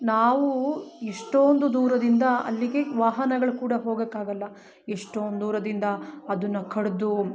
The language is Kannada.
ನಾವು ಎಷ್ಟೊಂದು ದೂರದಿಂದ ಅಲ್ಲಿಗೆ ವಾಹನಗಳು ಕೂಡ ಹೋಗೊಕ್ಕಾಗಲ್ಲ ಎಷ್ಟೊಂದು ದೂರದಿಂದ ಅದನ್ನ ಕಡಿದು